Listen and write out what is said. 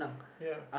ya